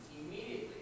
immediately